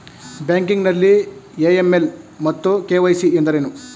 Banking ನಲ್ಲಿ AML ಮತ್ತು KYC ಎಂದರೇನು?